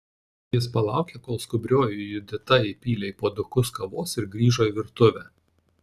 jis palaukė kol skubrioji judita įpylė į puodukus kavos ir grįžo į virtuvę